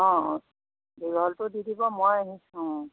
অঁ অঁ দীঘলটো দি দিব মই সেই অঁ